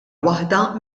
waħda